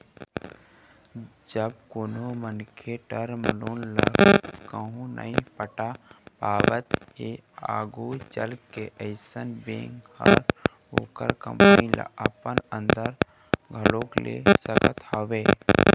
जब कोनो मनखे टर्म लोन ल कहूँ नइ पटा पावत हे आघू चलके अइसन बेंक ह ओखर कंपनी ल अपन अंदर घलोक ले सकत हवय